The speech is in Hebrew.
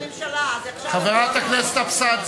הם שמעו שאנחנו, חברת הכנסת אבסדזה.